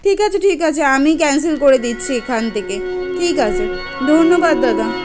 ঠিক আছে ঠিক আছে আমিই ক্যান্সেল করে দিচ্ছি এখান থেকে ঠিক আছে ধন্যবাদ দাদা